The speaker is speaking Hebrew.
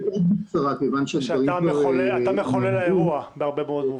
אתה מחולל האירוע בהרבה מאוד מובנים.